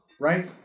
right